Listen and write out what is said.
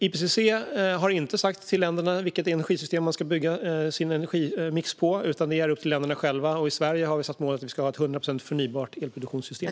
IPCC har inte sagt till länderna vilket energisystem de ska bygga sin energimix på, utan det är upp till länderna själva. I Sverige har vi satt upp målet att vi ska ha ett 100 procent förnybart elproduktionssystem.